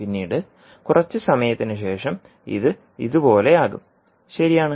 പിന്നീട് കുറച്ചു സമയത്തിന് ശേഷം ഇത് ഇതുപോലെയാകും ശരിയാണ്